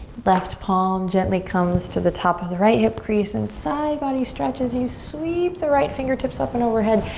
left palm gently comes to the top of the right hip crease. and side body stretches, you sweep the right fingertips up and overhead.